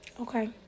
okay